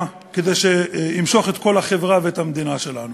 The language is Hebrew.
כדי שימשוך את כל החברה ואת המדינה שלנו.